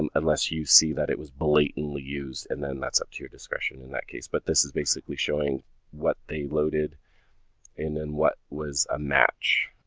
um unless you see that it was blatantly used and then that's up to discretion in that case, but this is showing what they loaded and then what was a match.